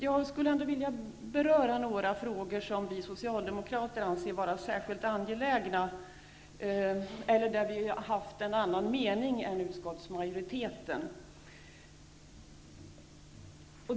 Jag skulle ändå vilja beröra några frågor som vi socialdemokrater ansett vara särskilt angelägna eller som vi har haft en annan mening om än utskottsmajoriteten.